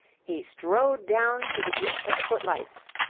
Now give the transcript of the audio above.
he strode down to the group at the footlights,